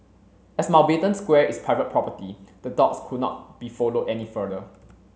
as Mountbatten Square is private property the dogs could not be followed any further